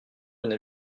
une